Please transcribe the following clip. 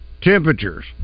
temperatures